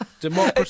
Democracy